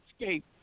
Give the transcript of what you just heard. escape